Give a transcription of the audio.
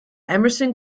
emerson